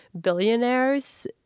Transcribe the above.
billionaires